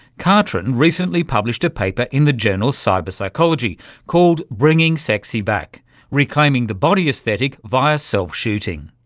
katrin recently published a paper in the journal cyberpsychology called bringing sexy back reclaiming the body aesthetic via self-shooting.